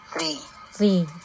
Three